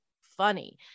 funny